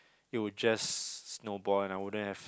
it will just snowball and I wouldn't have